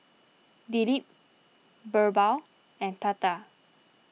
Dilip Birbal and Tata